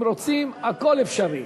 אם רוצים, הכול אפשרי.